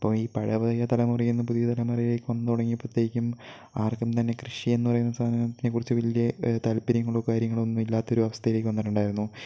അപ്പോൾ ഈ പഴയ തലമുറയിൽ നിന്നും പുതിയ തലമുറയിലേക്ക് വന്ന് തുടങ്ങിയപ്പോഴത്തേയ്ക്കും ആർക്കും തന്നെ കൃഷിയെന്നു പറയുന്ന സാധനത്തിനെക്കുറിച്ച് വലിയ താല്പര്യങ്ങളോ കാര്യങ്ങളോ ഒന്നുമില്ലാത്തൊരു അവസ്ഥയിലേക്ക് വന്നിട്ടുണ്ടായിരുന്നു